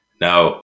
No